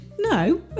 No